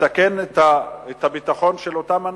לסכן את הביטחון של אותם אנשים?